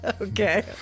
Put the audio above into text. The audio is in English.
Okay